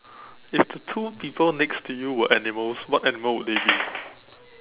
if the two people next to you were animals what animal would they be